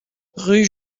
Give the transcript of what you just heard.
rue